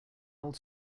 old